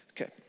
Okay